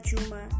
Juma